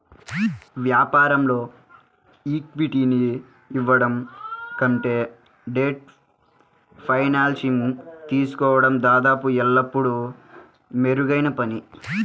వ్యాపారంలో ఈక్విటీని ఇవ్వడం కంటే డెట్ ఫైనాన్సింగ్ తీసుకోవడం దాదాపు ఎల్లప్పుడూ మెరుగైన పని